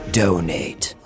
donate